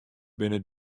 binne